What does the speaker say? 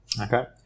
Okay